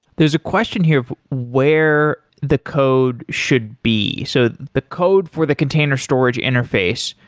there's a question here, where the code should be. so the code for the container storage interface,